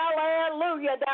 Hallelujah